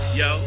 yo